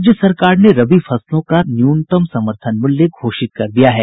राज्य सरकार ने रबी फसलों का नया न्यूनतम समर्थन मूल्य घोषित कर दिया है